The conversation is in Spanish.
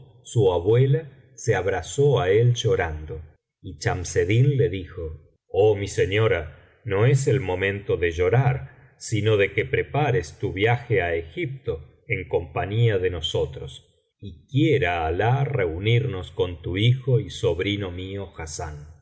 su abuela se abrazó á él llorando y ghamsedclin le dijo oh mi señora no es el momento de llorar sino de que prepares tu viaje á egipto en compañía de nosotros y quiera alah reunimos con tu hijo y sobrino mío hassán